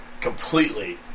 completely